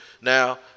Now